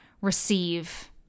receive